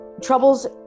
Troubles